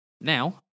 Now